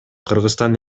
кыргызстан